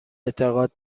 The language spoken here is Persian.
اعتقاد